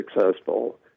successful